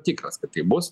tikras kad taip bus